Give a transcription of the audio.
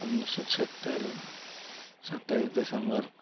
उन्नीस सौ छिहत्तर सत्ताईस दिसम्बर